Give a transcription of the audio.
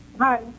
Hi